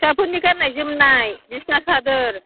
फिसाफोरनि गाननाय जोमनाय बिसना सादोर